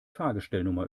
fahrgestellnummer